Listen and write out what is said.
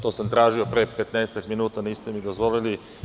To sam tražio pre 15 minuta, niste mi dozvolili.